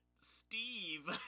Steve